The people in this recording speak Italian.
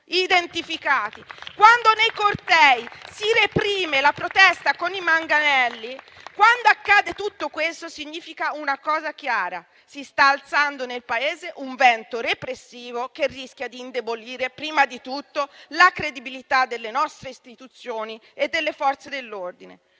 quando nei cortei si reprime la protesta con i manganelli, quando accade tutto questo significa una cosa chiara: si sta alzando nel Paese un vento repressivo che rischia di indebolire prima di tutto la credibilità delle nostre istituzioni e delle Forze dell'ordine.